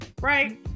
right